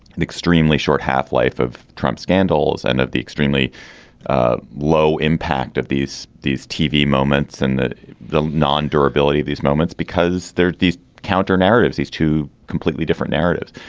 an extremely short half life of trump scandals and of the extremely ah low impact of these these tv moments and the the non durability of these moments because they're these counter narratives these two completely different narratives.